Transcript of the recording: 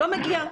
לא מגיעה,